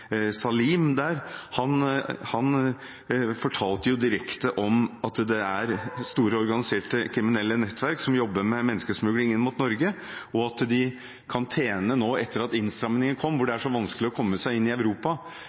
Salim, fortalte han direkte om at det er store, organiserte kriminelle nettverk som jobber med menneskesmugling inn mot Norge, og at de kan tjene – nå, etter at innstramningen kom, og det er så vanskelig å komme seg inn i Europa